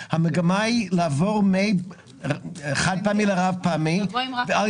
המגמה היא לעבור לרב-פעמי כמו כן אתה יכול להתייחס לכך